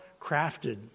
crafted